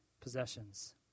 possessions